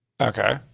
Okay